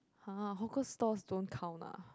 !huh! hawker stores don't count ah